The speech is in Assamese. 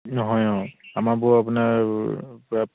হয় অঁ আমাৰবোৰ আপোনাৰ